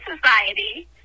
society